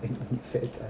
எதுக்கும்:edhukum